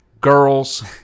Girls